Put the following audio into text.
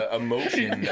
emotion